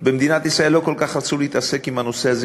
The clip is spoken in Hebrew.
במדינת ישראל לא כל כך רצו להתעסק עם הנושא הזה,